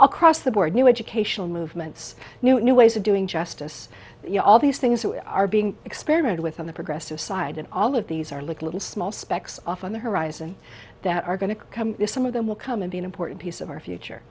across the board new educational movements new ways of doing justice you know all these things that are being experimented with on the progressive side and all of these are like little small specks off on the horizon that are going to come some of them will come and be an important piece of our future